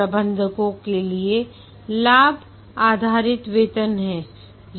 प्रबंधकों के लिए लाभ आधारित वेतन है